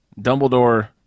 Dumbledore